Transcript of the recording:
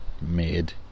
made